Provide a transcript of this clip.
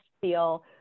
feel